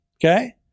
Okay